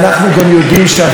המחויבות היא שלנו,